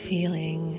Feeling